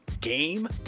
game